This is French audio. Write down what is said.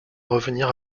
revenir